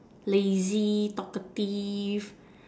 lazy talkative